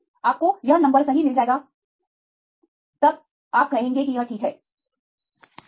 आपको यह नंबर सही मिल जाएगा तब आप ठीक हो सकते हैं